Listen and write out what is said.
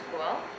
School